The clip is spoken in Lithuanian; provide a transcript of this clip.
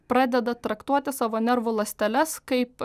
pradeda traktuoti savo nervų ląsteles kaip